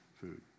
food